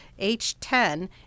H10